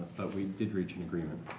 but we did reach an agreement.